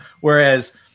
Whereas